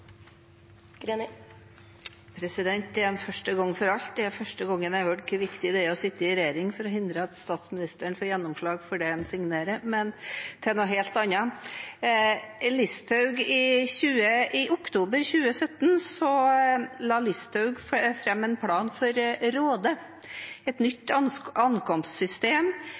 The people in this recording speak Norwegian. en første gang for alt: Dette er første gang jeg har hørt om hvor viktig det er å sitte i regjering for å hindre at statsministeren får gjennomslag for det hun signerer på. Til noe helt annet: I oktober 2017 la daværende justisminister Sylvi Listhaug fram en plan for Råde, om et nytt